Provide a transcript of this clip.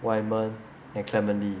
waiman and clement lee